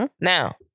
Now